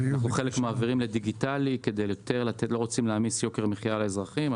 אנחנו מעבירים חלק לדיגיטלי כי לא רוצים להעמיס יוקר מחייה על האזרחים.